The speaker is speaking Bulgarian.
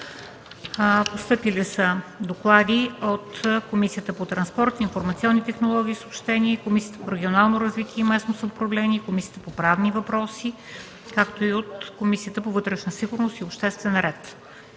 Постъпили са доклади от Комисията по транспорт, информационни технологии и съобщения, Комисията по регионално развитие и местно самоуправление, от Комисията по правни въпроси, както и от Комисията по вътрешна сигурност и обществен ред.